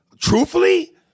Truthfully